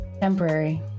temporary